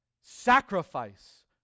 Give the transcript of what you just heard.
Sacrifice